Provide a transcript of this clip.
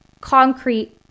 Concrete